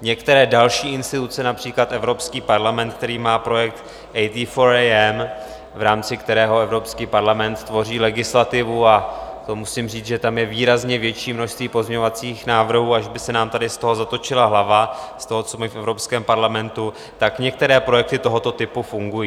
některé další instituce, například Evropský parlament, který má projekt AT4AM, v rámci kterého Evropský parlament tvoří legislativu, a to musím říct, že tam je výrazně větší množství pozměňovacích návrhů, až by se nám tady z toho zatočila hlava, co mají v Evropském parlamentu, tak některé projekty tohoto typu fungují.